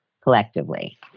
collectively